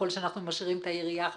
וכלל שאנחנו משאירים את היריעה רחבה,